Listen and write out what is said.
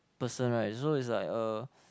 person right so it's like uh